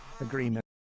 agreement